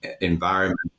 environment